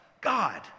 God